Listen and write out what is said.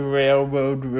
railroad